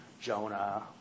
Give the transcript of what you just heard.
Jonah